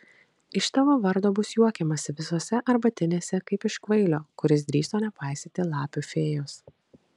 iš tavo vardo bus juokiamasi visose arbatinėse kaip iš kvailio kuris drįso nepaisyti lapių fėjos